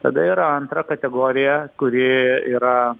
tada yra antra kategorija kuri yra